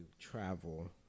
travel